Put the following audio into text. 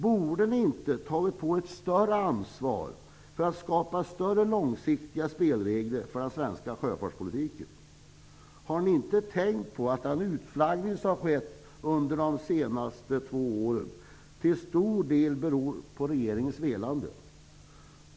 Borde ni inte ha tagit på er ett större ansvar för att skapa mer långsiktiga spelregler för den svenska sjöfartspolitiken? Har ni inte tänkt på att den utflaggning som har skett under de senaste två åren till stor del beror på regeringens velande?